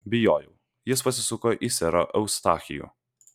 bijojau jis pasisuko į serą eustachijų